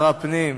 סגן שר הפנים,